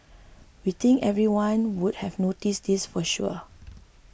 we think everyone would have noticed this for sure